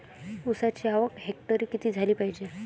ऊसाची आवक हेक्टरी किती झाली पायजे?